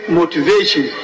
motivation